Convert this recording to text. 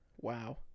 Wow